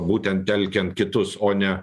būtent telkiant kitus o ne